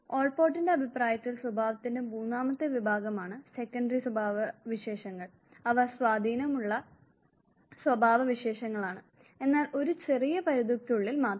ഓൾപോർട്ടിന്റെ അഭിപ്രായത്തിൽ സ്വഭാവത്തിന്റെ മൂന്നാമത്തെ വിഭാഗമാണ് സെക്കൻഡറി സ്വഭാവവിശേഷങ്ങൾ അവ സ്വാധീനമുള്ള സ്വഭാവവിശേഷങ്ങളാണ് എന്നാൽ ഒരു ചെറിയ പരിധിക്കുള്ളിൽ മാത്രം